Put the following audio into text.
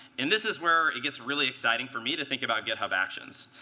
and this is where it gets really exciting for me to think about github actions.